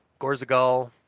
Gorzagal